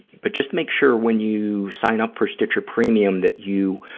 but just make sure, when you sign up for stitcher premium that you,